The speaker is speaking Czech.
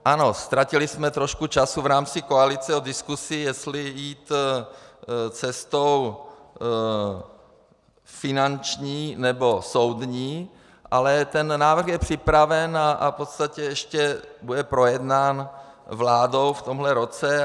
Ano, ztratili jsme trošku času v rámci koalice diskusí, jestli jít cestou finanční, nebo soudní, ale ten návrh je připraven a bude v podstatě ještě projednán vládou v tomhle roce.